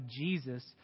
Jesus